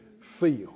feel